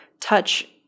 touch